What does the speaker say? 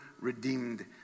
redeemed